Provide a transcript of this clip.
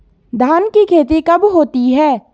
धान की खेती कब होती है?